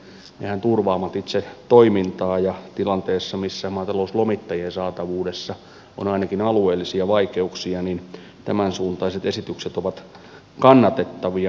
nehän turvaavat itse toimintaa ja tilanteessa missä maatalouslomittajien saatavuudessa on ainakin alueellisia vaikeuksia niin tämänsuuntaiset esitykset ovat kannatettavia